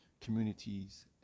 communities